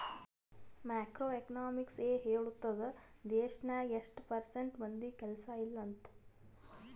macro economics ಎ ಹೇಳ್ತುದ್ ದೇಶ್ನಾಗ್ ಎಸ್ಟ್ ಪರ್ಸೆಂಟ್ ಮಂದಿಗ್ ಕೆಲ್ಸಾ ಇಲ್ಲ ಅಂತ